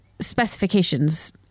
specifications